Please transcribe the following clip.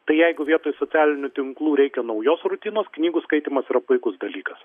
tai jeigu vietoj socialinių tinklų reikia naujos rutinos knygų skaitymas yra puikus dalykas